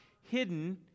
hidden